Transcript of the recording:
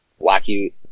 Wacky